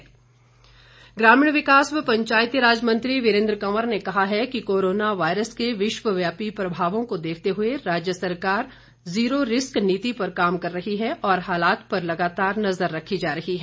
वीरेंद्र कंवर ग्रामीण विकास व पंचायतीराज मंत्री वीरेंद्र कंवर ने कहा है कि कोरोना वायरस के विश्वव्यापी प्रभावों को देखते हुए राज्य सरकार जीरो रिस्क नीति पर काम कर रही है और हालात पर लगातार नज़र रखी जा रही है